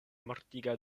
mortiga